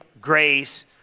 grace